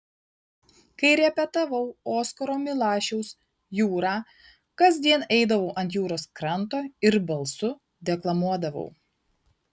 kai repetavau oskaro milašiaus jūrą kasdien eidavau ant jūros kranto ir balsu deklamuodavau